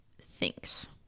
thinks